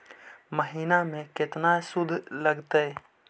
महिना में केतना शुद्ध लगतै?